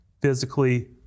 physically